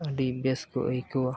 ᱟᱹᱰᱤ ᱵᱮᱥ ᱠᱚ ᱟᱹᱭᱠᱟᱹᱣᱟ